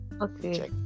okay